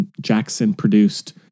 Jackson-produced